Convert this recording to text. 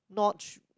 not